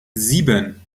sieben